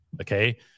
okay